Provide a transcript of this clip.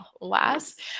last